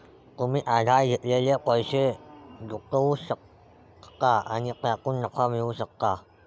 तुम्ही उधार घेतलेले पैसे गुंतवू शकता आणि त्यातून नफा मिळवू शकता